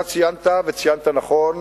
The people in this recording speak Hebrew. אתה ציינת, וציינת נכון,